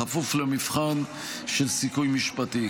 בכפוף למבחן של סיכוי משפטי.